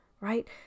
right